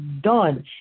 done